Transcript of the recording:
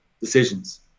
decisions